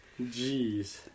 Jeez